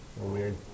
weird